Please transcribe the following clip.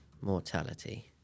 mortality